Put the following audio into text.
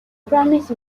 promise